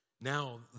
Now